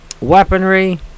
weaponry